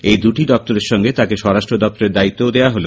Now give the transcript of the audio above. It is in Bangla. এই দুটি দপ্তরের সঙ্গে তাঁকে স্বরাষ্ট্র দপ্তরের দায়িত্বও দেওয়া হল